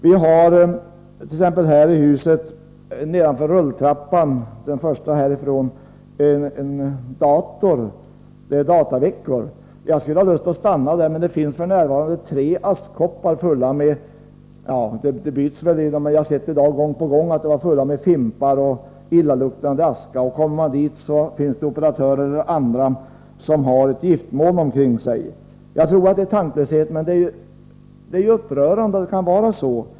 121 Vi hart.ex. här i huset nedanför rulltrappan en dator under dataveckorna. Jag skulle vilja stanna där, men det finns f. n. tre askkoppar där. De töms väl, men jag har sett dem fulla med fimpar och illaluktande aska. Kommer man dit finns det operatörer och andra som har ett giftmoln omkring sig. Jag tror att det är tanklöshet, men det är ju upprörande att det kan vara så.